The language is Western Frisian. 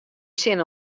sin